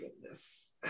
goodness